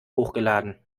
hochgeladen